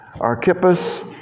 Archippus